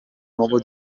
nuovo